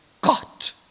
got